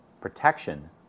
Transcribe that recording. protection